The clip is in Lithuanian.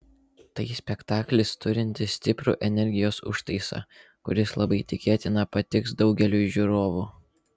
tai spektaklis turintis stiprų energijos užtaisą kuris labai tikėtina patiks daugeliui žiūrovų